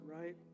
right